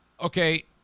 okay